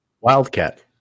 Wildcat